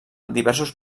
diversos